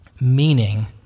meaning